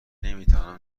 نمیتوانم